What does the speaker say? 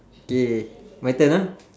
K my turn ah